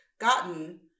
gotten